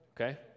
Okay